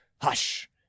hush